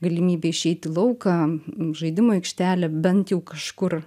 galimybė išeit į lauką žaidimų aikštelė bent jau kažkur